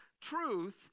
truth